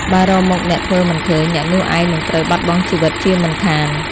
បើរកមុខអ្នកធ្វើមិនឃើញ អ្នកនោះឯងនឹងត្រូវបាត់បង់ជីវិតជាមិនខាន ។